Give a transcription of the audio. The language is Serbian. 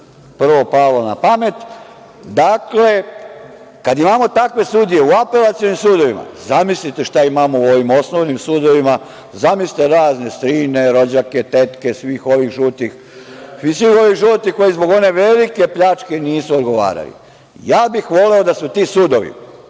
prvo palo na pamet. Dakle, kad imamo takve sudije u apelacionim sudovima, zamislite šta imamo u ovim osnovnim sudovima, zamislite razne strine, rođake, tetke svih ovih žutih, koji zbog one velike pljačke nisu odgovarali. Ja bih voleo da su ti sudovi,